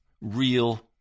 real